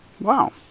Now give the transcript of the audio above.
wow